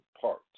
parts